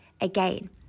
again